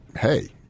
hey